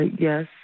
yes